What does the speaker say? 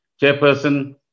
Chairperson